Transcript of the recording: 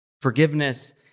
Forgiveness